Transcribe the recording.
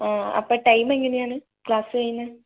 അപ്പൊൾ ടൈം എങ്ങനെയാണ് ക്ലാസ് കഴിഞ്ഞ